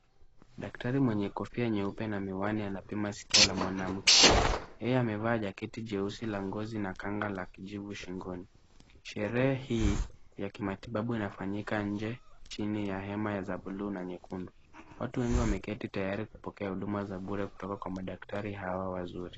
Daktari mwenye kofia nyeupe na miwani anapima sikio la mwanamke. Yeye amevaa jaketi jeusi la ngozi na kanga la kijivu shingoni. Sherehe hii ya kimatibabu inafanyika nje chini ya hema za buluu na nyekundu. Watu wengi wameketi tayari kupokea huduma za bure kutoka kwa madaktari hawa wazuri.